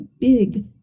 big